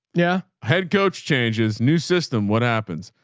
yeah. head coach changes new system. what happens?